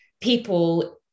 people